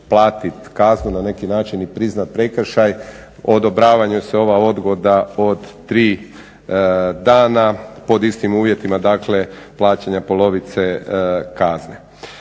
platiti kaznu na neki način i priznati prekršaj odobrava mu se ova odgoda od 3 dana pod istim uvjetima dakle plaćanja polovice kazne.